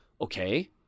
Okay